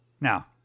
Now